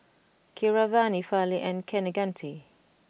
Keeravani Fali and Kaneganti